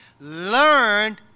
learned